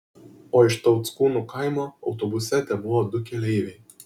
o iš tauckūnų kaimo autobuse tebuvo du keleiviai